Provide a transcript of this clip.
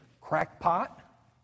crackpot